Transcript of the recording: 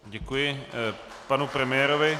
Děkuji panu premiérovi.